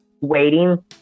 waiting